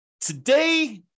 Today